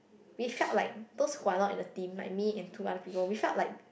we felt like those who are not in the team like me and two other people we felt like